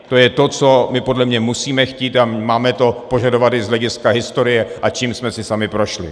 To je to, co podle mě musíme chtít, a máme to požadovat i z hlediska historie, a čím jsme si sami prošli.